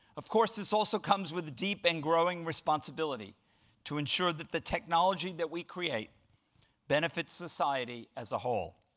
of course this also comes with deep and growing responsibility to ensure that the technology that we create benefits society as a whole.